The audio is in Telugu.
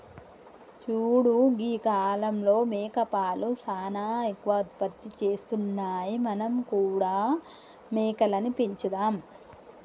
చూడు గీ కాలంలో మేకపాలు సానా ఎక్కువ ఉత్పత్తి చేస్తున్నాయి మనం కూడా మేకలని పెంచుదాం